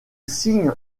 signe